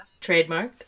trademarked